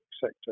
sector